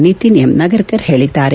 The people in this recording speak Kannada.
ನಿತಿನ್ ಎಂ ನಗರ್ಕರ್ ಹೇಳಿದ್ದಾರೆ